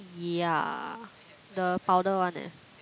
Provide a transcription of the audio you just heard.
ya the powder one eh